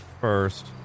first